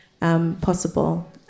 possible